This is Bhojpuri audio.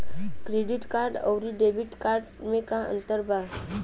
क्रेडिट अउरो डेबिट कार्ड मे का अन्तर बा?